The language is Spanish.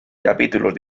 capítulos